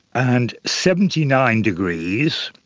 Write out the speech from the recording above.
and seventy nine degrees,